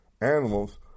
animals